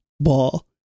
ball